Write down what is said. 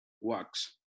works